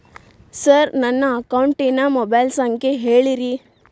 sir ನನ್ನ ಅಕೌಂಟಿನ mobile ಸಂಖ್ಯೆ ಹೇಳಿರಿ